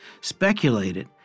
speculated